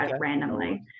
randomly